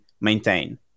maintain